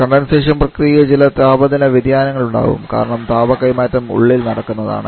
condensation പ്രക്രിയയിൽ ചില താപനില വ്യതിയാനങ്ങൾ ഉണ്ടാകും കാരണം താപ കൈമാറ്റം ഉള്ളിൽ നടക്കുന്നതാണ്